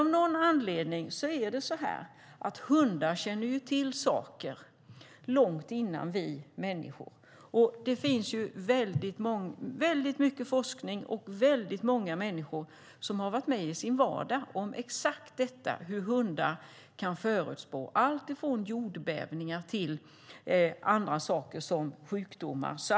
Av någon anledning känner hundar till saker långt innan vi människor gör det. Det finns väldigt mycket forskning och många människor som i sin vardag har varit med om att hundar kunnat förutspå alltifrån jordbävningar till andra saker som sjukdomar.